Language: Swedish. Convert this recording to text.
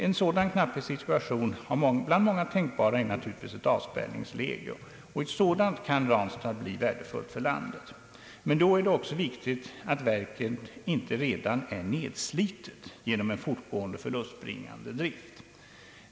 En sådan knapphetssituation av många tänkbara är naturligtvis ett avspärrningsläge. I ett sådant läge kan Ranstad bli värdefullt för landet. Men då är det också viktigt att verket inte redan är nedslitet genom en fortgående förlustbringande drift.